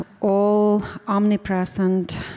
all-omnipresent